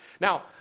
Now